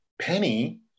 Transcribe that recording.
Penny